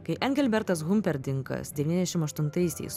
kai n gilbertas humperdinkas devyniasdešim aštuntaisiais